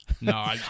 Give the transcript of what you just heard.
No